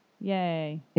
yay